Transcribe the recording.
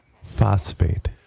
phosphate